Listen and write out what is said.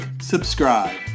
subscribe